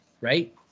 right